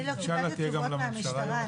אני לא קיבלתי תשובות מהמשטרה.